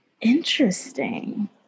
Interesting